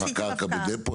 יש לך קרקע בדפו?